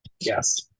yes